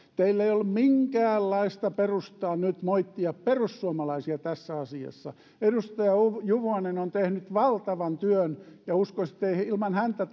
teillä ei ole minkäänlaista perustaa nyt moittia perussuomalaisia tässä asiassa edustaja juvonen on tehnyt valtavan työn ja uskoisin että ilman häntä